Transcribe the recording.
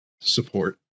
support